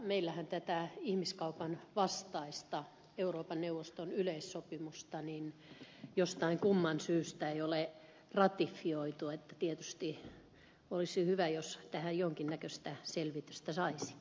meillähän tätä ihmiskaupan vastaista euroopan neuvoston yleissopimusta jostain kumman syystä ei ole ratifioitu joten tietysti olisi hyvä jos tähän jonkin näköistä selvitystä saisi